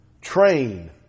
train